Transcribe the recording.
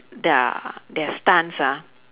their their stunts ah